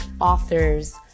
authors